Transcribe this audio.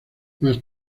más